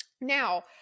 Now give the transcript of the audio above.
Now